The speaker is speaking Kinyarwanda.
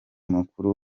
mukuru